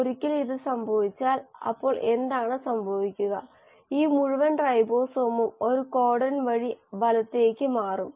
ഒരിക്കൽ ഇത് സംഭവിച്ചാൽ അപ്പോൾ എന്താണ് സംഭവിക്കുക ഈ മുഴുവൻ റൈബോസോമും ഒരു കോഡൺ വഴി വലത്തേക്ക് മാറും